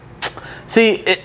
See